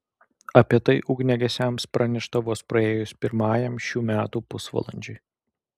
apie tai ugniagesiams pranešta vos praėjus pirmajam šių metų pusvalandžiui